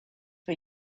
for